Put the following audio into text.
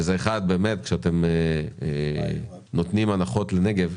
דבר ראשון, כשאתם נותנים הנחות לנגב,